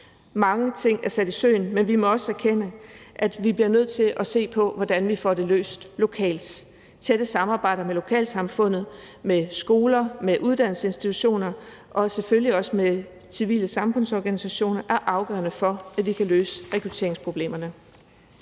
Mange ting er sat i søen, men vi må også erkende, at vi bliver nødt til at se på, hvordan vi får det løst lokalt. Tætte samarbejder med lokalsamfundet, med skoler, med uddannelsesinstitutioner og selvfølgelig også med civile samfundsorganisationer er afgørende for, at vi kan løse rekrutteringsproblemerne.